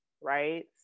Right